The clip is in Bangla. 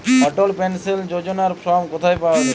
অটল পেনশন যোজনার ফর্ম কোথায় পাওয়া যাবে?